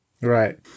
Right